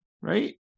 right